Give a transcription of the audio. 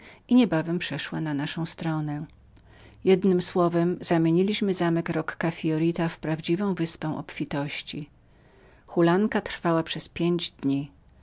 i niebawem przeszła na naszą stronę jednem słowem zamieniliśmy zamek rocca fiorita w prawdziwą wyspę obfitości hulanka trwała przez pięć dni